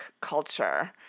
culture